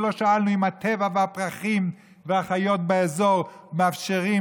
ולא שאלנו אם הטבע והפרחים והחיות באזור מאפשרים